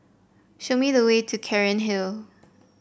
show me the way to Cairnhill